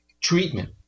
treatment